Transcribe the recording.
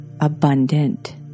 abundant